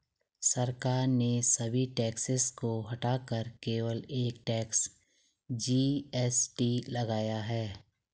सरकार ने सभी टैक्सेस को हटाकर केवल एक टैक्स, जी.एस.टी लगाया है